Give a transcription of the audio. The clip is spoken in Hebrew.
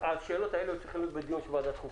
השאלות האלה צריכות להיות בדיון בוועדת חוקה.